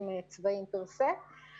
אבל יש צפי לתרומות כמו שהיה עד עכשיו?